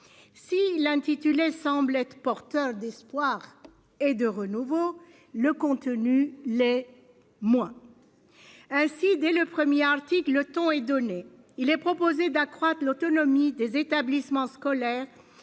Si l'intitulé semble être. Porteur d'espoir et de renouveau. Le contenu, l'est moins. Ainsi, dès le 1er article, le ton est donné. Il est proposé d'accroître l'autonomie des établissements scolaires